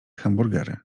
hamburgery